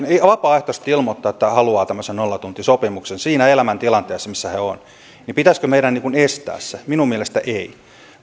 vapaaehtoisesti ilmoittavat että haluavat tämmöisen nollatuntisopimuksen siinä elämäntilanteessa missä ovat pitäisikö meidän estää se minun mielestäni ei kun